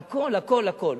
הכול, הכול, הכול.